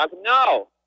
No